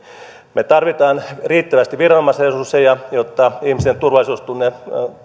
me tarvitsemme riittävästi viranomaisresursseja jotta ihmisten turvallisuudentunne